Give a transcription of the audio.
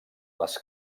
les